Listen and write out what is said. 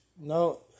No